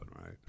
right